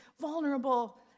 vulnerable